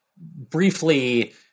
briefly